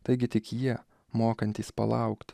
taigi tik jie mokantys palaukt